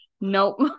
Nope